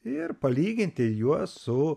ir palyginti juos su